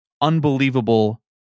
unbelievable